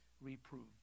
reproved